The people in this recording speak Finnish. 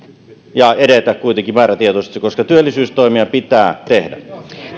ja etenemään kuitenkin määrätietoisesti koska työllisyystoimia pitää tehdä